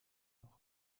noch